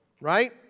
Right